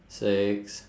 six